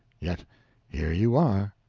yet here you are!